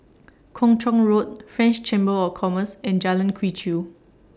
Kung Chong Road French Chamber of Commerce and Jalan Quee Chew